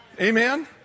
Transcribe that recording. Amen